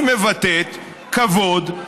היא מבטאת כבוד,